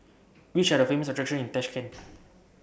Which Are The Famous attractions in Tashkent